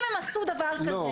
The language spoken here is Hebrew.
אם הם עשו דבר כזה,